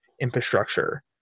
infrastructure